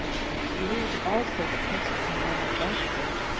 he slew also the principal men of that city,